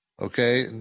Okay